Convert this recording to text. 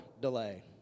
delay